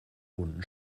bunten